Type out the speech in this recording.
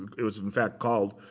it was in fact called,